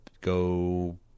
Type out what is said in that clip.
go